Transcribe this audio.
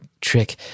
trick